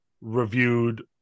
reviewed